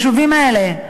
ביישובים האלה.